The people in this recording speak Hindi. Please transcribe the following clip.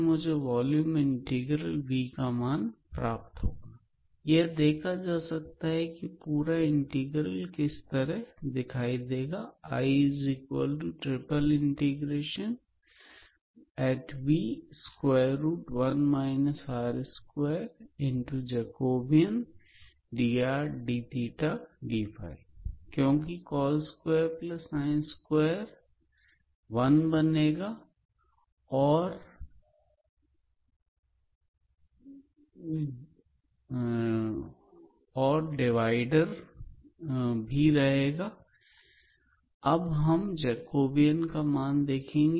अतः चरों को बदलने से यह इंटीग्रल इस प्रकार दिखाई देगा यह देखा जा सकता है कि यह पूरा इंटीग्रल किस तरह दिखाई देगा क्योंकि बनेगा और वह 1 तथा dxdydz के बराबर बन जाएगा